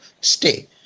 stay